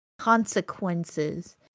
consequences